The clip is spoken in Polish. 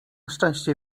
szczęście